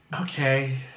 okay